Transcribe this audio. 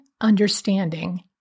understanding